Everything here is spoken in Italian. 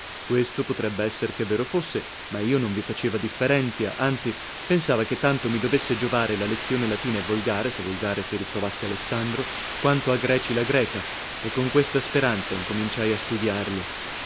questo potrebbe esser che vero fosse ma io non vi faceva differenzia anzi pensava che tanto mi dovesse giovare la lezzione latina e volgare se volgare si ritrovasse alessandro quanto a greci la greca e con questa speranza incominciai a studiarlo